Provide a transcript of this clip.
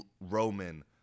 Roman